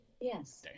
Yes